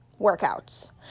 workouts